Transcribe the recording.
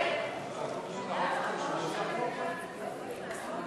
ההסתייגות לחלופין של חברת הכנסת אורלי